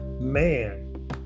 man